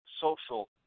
social